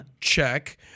check